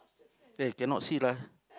eh cannot see lah